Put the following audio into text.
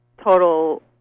total